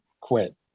quit